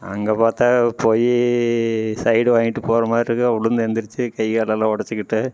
அங்கே பார்த்தா போய் சைடு வாங்கிகிட்டு போகிறமாட்டுக்கு விழுந்து எழுந்துருச்சு கை கால் எல்லாம் உடச்சிக்கிட்டேன்